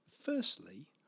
Firstly